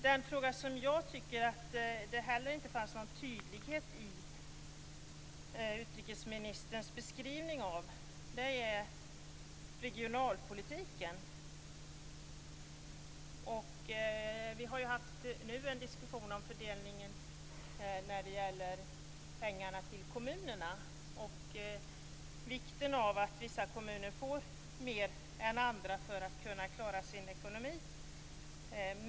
Den finns en annan fråga som jag inte heller tycker blev tydlig. Det gäller utrikesministerns beskrivning av regionalpolitiken. Vi har nu haft en diskussion om fördelningen av pengarna till kommunerna och om vikten av att vissa kommuner får mer än andra för att de skall kunna klara sin ekonomi.